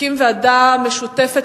תקים ועדה משותפת,